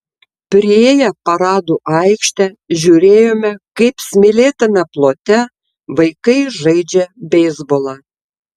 priėję paradų aikštę žiūrėjome kaip smėlėtame plote vaikai žaidžia beisbolą